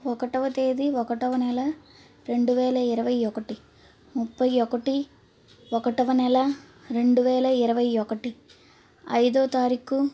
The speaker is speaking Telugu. ఒకటవ తేదీ ఒకటవ నెల రెండువేల ఇరవై ఒకటి ముప్పై ఒకటి ఒకటవ నెల రెండువేల ఇరవై ఒకటి ఐదో తారీఖు